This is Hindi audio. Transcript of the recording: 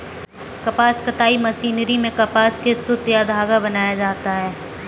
कपास कताई मशीनरी में कपास से सुत या धागा बनाया जाता है